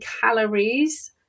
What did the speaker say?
calories